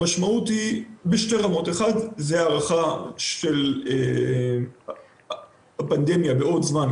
המשמעות היא בשתי רמות: 1. זאת הערכה של הפנדמיה בעוד זמן,